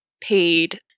paid